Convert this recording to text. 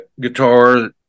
guitar